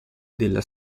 della